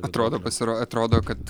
atrodo pasiro atrodo kad